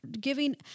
giving